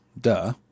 Duh